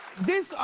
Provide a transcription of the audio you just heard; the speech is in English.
this,